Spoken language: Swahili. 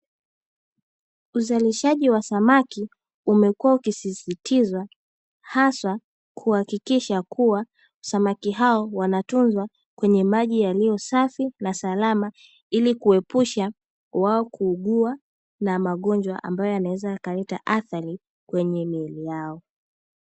Uzalishaji wa samaki umekuwa ukisisitizwa haswa kuhakikisha kuwa samaki hao wanatunzwa kwenye maji yaliyo safi na salama, ili kuwaepusha kuugua na magonjwa ambayo yanaweza yataleta athari kwenye miili yao.